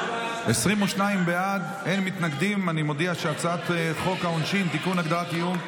את הצעת חוק העונשין (תיקון, הגדרת איום),